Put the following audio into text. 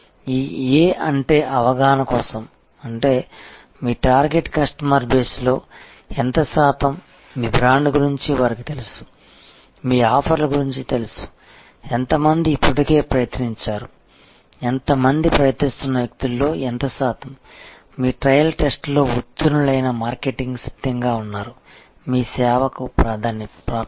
ఈ A అంటే అవగాహన కోసం అంటే మీ టార్గెట్ కస్టమర్ బేస్లో ఎంత శాతం మీ బ్రాండ్ గురించి వారికి తెలుసు మీ ఆఫర్ల గురించి తెలుసు ఎంతమంది ఇప్పటికే ప్రయత్నించారు ఎంత మంది ప్రయత్నించిన వ్యక్తుల్లో ఎంత శాతం మీ ట్రయల్ టెస్ట్లో ఉత్తీర్ణులైన మార్కెటింగ్ సిద్ధంగా ఉన్నారు మీ సేవకు ప్రాప్యత